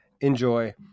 enjoy